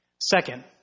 second